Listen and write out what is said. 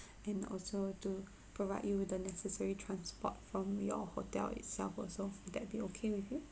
and also to provide you with the necessary transport from your hotel itself also would that be okay with you